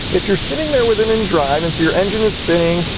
if you're sitting there with it in drive, and so your engine is spinning,